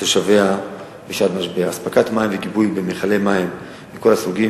לתושביה בשעת משבר: הספקת מים וגיבוי במכלי מים מכל הסוגים,